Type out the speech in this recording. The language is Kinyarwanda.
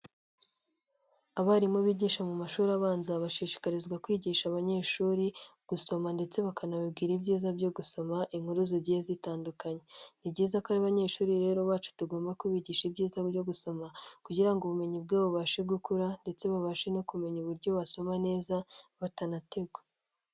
Abarimu bigisha mu mashuri abanza, bashishikarizwa kwigisha abanyeshuri gusoma ndetse bakanababwira ibyiza byo gusoma inkuru zigiye zitandukanye. Ni byiza ko ari abanyeshuri rero bacu tugomba kubigisha ibyiza byo gusoma, kugira ngo ubumenyi bwabo bubashe gukura ndetse babashe no kumenya uburyo basoma neza batanategwa.